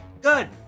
Good